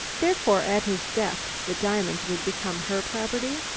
therefore, at his death, the diamonds would become her property?